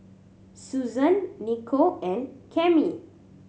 Susann Niko and Cami